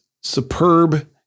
superb